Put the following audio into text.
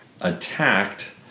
attacked